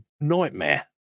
nightmare